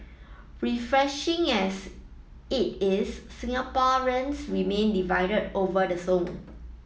refreshing as it is Singaporeans remain divided over the song